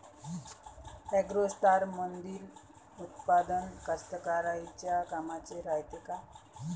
ॲग्रोस्टारमंदील उत्पादन कास्तकाराइच्या कामाचे रायते का?